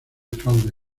fraude